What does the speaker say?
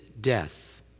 death